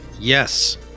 yes